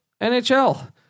NHL